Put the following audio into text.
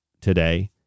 today